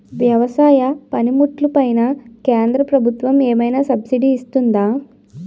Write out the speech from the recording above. వ్యవసాయ పనిముట్లు పైన కేంద్రప్రభుత్వం ఏమైనా సబ్సిడీ ఇస్తుందా?